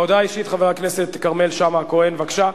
הודעה אישית, חבר הכנסת כרמל שאמה הכהן, בבקשה.